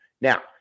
Now